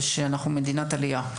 ושאנו מדינת עלייה.